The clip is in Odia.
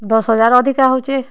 ଦଶ୍ ହଜାର୍ ଅଧିକା ହୋଉଛେ